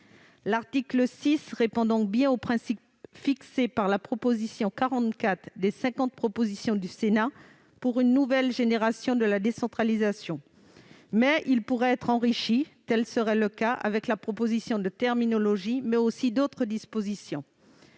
L'article 6 répond donc bien au principe fixé par la proposition 44 des 50 propositions du Sénat pour une nouvelle génération de la décentralisation. Reste qu'il pourrait être enrichi ; tel serait le cas si la proposition de terminologie que j'ai évoquée, mais aussi d'autres dispositions